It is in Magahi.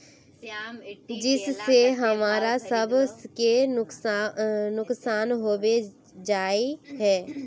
जिस से हमरा सब के नुकसान होबे जाय है?